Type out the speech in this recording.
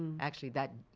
actually that,